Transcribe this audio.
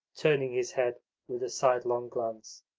turning his head with a sidelong glance.